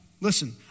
Listen